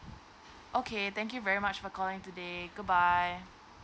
okay thank you very much for calling today goodbye